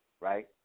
right